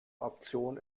option